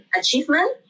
achievement